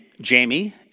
Jamie